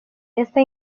esta